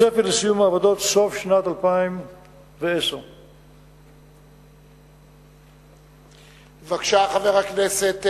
הצפי לסיום העבודה הוא סוף שנת 2010. בבקשה, ודאי,